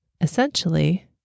Essentially